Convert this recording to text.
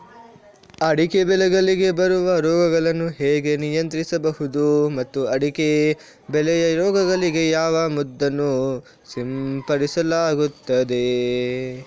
ಅಡಿಕೆ ಬೆಳೆಗಳಿಗೆ ಬರುವ ರೋಗಗಳನ್ನು ಹೇಗೆ ನಿಯಂತ್ರಿಸಬಹುದು ಮತ್ತು ಅಡಿಕೆ ಬೆಳೆಯ ರೋಗಗಳಿಗೆ ಯಾವ ಮದ್ದನ್ನು ಸಿಂಪಡಿಸಲಾಗುತ್ತದೆ?